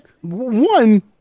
One